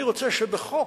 אני רוצה שבחוק